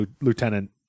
Lieutenant